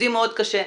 עובדים מאוד קשה,